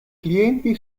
clienti